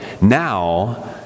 Now